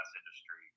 industry